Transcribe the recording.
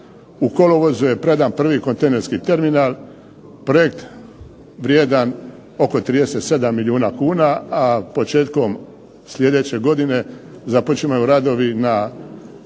kolovozu je predan prvi kontejnerski terminal, projekt vrijedan oko 37 milijuna kuna, a početkom sljedeće godine započimaju radovi na